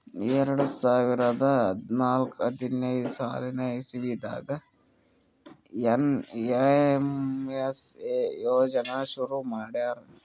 ಎರಡ ಸಾವಿರದ್ ಹದ್ನಾಲ್ಕ್ ಹದಿನೈದ್ ಸಾಲಿನ್ ಇಸವಿದಾಗ್ ಏನ್.ಎಮ್.ಎಸ್.ಎ ಯೋಜನಾ ಶುರು ಮಾಡ್ಯಾರ್